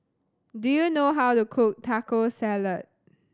do you know how to cook Taco Salad